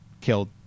killed